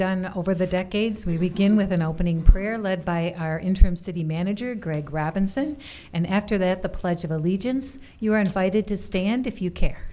done over the decades we begin with an opening prayer led by our interim city manager greg robinson and after that the pledge of allegiance you are invited to stand if you care